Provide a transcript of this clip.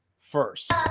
first